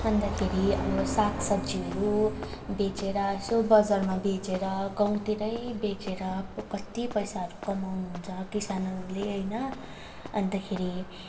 अन्तखेरि अब साग सब्जीहरू बेचेर यसो बजारमा बेचेर गाउँतिरै बेचेर कत्ति पैसाहरू कमाउनुहुन्छ किसानहरूले होइन अन्तखेरि